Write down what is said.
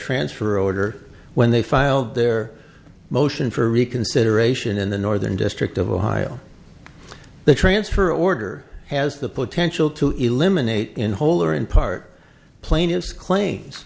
transfer order when they filed their motion for reconsideration in the northern district of ohio the transfer order has the potential to eliminate in whole or in part plain his claims